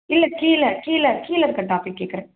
இல்லை கீழே கீழே கீழே இருக்கற டாபிக் கேட்குறேன்